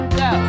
go